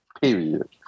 Period